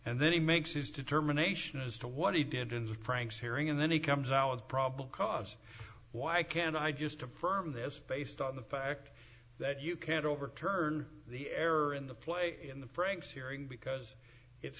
and then he makes his determination as to what he did in the franks hearing and then he comes out with a problem cause why can't i just affirm this based on the fact that you can't overturn the error in the play in the franks hearing because it's